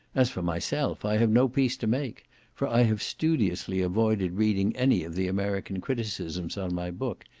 as for myself, i have no peace to make for i have studiously avoided reading any of the american criticisms on my book,